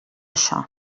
això